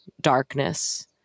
darkness